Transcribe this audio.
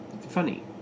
funny